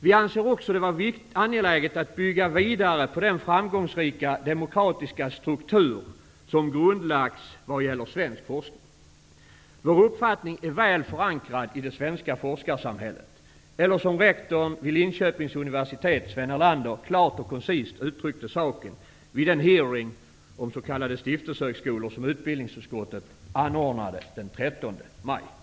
Vi anser också att det är angeläget att bygga vidare på den framgångsrika demokratiska struktur som grundlagts för svensk forskning. Vår uppfattning är väl förankrad i det svenska forskarsamhället. Rektorn vid Linköpings universitet, Sven Erlander, uttryckte saken klart och koncist vid den hearing om s.k. stiftelsehögskolor som utbildningsutskottet anordnade den 13 maj.